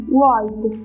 wide